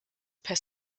per